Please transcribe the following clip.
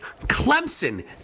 Clemson